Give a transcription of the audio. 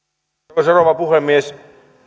arvoisa rouva puhemies